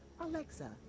alexa